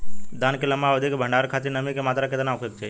धान के लंबा अवधि क भंडारण खातिर नमी क मात्रा केतना होके के चाही?